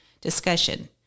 discussion